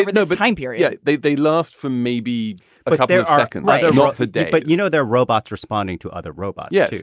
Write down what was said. i know the time period yeah they they last for. maybe recall their archon like yeah north a day. but you know, they're robots responding to other robot. yeah.